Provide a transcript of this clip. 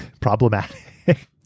Problematic